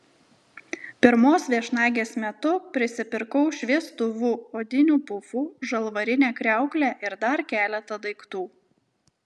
pirmos viešnagės metu prisipirkau šviestuvų odinių pufų žalvarinę kriauklę ir dar keletą daiktų